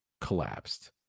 collapsed